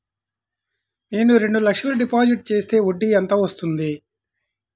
నేను రెండు లక్షల డిపాజిట్ చేస్తే వడ్డీ ఎంత వస్తుంది?